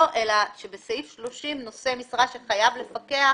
אלא שבסעיף 30 נושא משרה שחייב לפקח